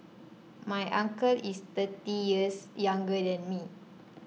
my uncle is thirty years younger than me